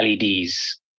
LEDs